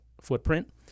footprint